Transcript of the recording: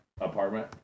apartment